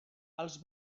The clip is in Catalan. els